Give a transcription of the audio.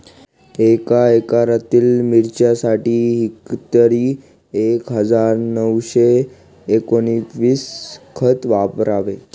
एका एकरातील मिरचीसाठी हेक्टरी एक हजार नऊशे एकोणवीस खत वापरावे